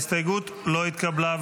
ההסתייגות לא התקבלה.